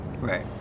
Right